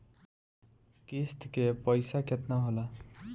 किस्त के पईसा केतना होई?